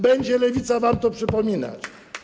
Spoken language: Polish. Będzie Lewica wam to przypominać.